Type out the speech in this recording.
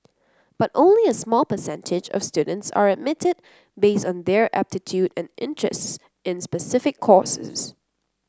but only a small percentage of students are admitted based on their aptitude and interests in specific